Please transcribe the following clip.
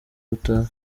gutaha